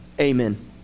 Amen